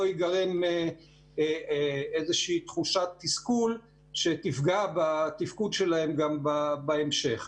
תיגרם איזושהי תחושת תסכול שתפגע בתפקוד שלהם גם בהמשך.